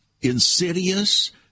insidious